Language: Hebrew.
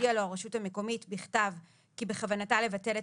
תודיע לו הרשות המקומית בכתב כי בכוונתה לבטל את